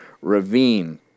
ravine